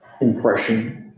impression